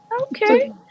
Okay